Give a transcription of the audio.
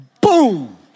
boom